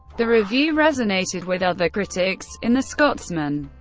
the review resonated with other critics in the scotsman,